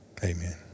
Amen